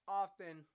often